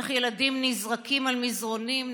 איך ילדים נזרקים על מזרנים,